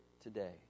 today